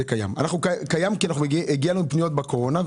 זה קיים, כי הגיעו אלינו פניות בקורונה.